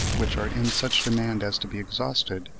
which are in such demand as to be exhausted,